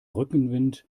rückenwind